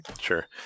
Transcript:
Sure